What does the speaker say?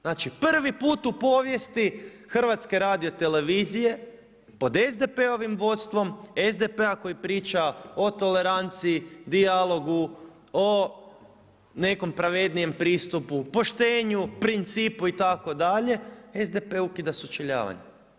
Znači prvi put u povijesti HRT-a pod SDP-ovim vodstvom SDP koji priča o toleranciji, dijalogu, o nekom pravednijem pristupu, poštenju, principu itd., SDP ukida sučeljavanje.